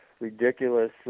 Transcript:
ridiculous